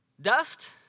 dust